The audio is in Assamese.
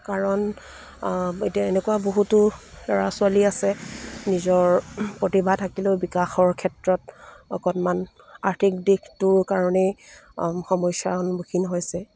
কাৰণ এতিয়া এনেকুৱা বহুতো ল'ৰা ছোৱালী আছে নিজৰ প্ৰতিভা থাকিলেও বিকাশৰ ক্ষেত্ৰত অকণমান আৰ্থিক দিশটোৰ কাৰণেই সমস্যাৰ সন্মুখীন হৈছে